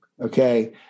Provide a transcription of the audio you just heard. Okay